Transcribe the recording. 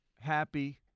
Happy